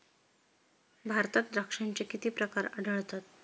भारतात द्राक्षांचे किती प्रकार आढळतात?